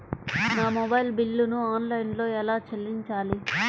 నా మొబైల్ బిల్లును ఆన్లైన్లో ఎలా చెల్లించాలి?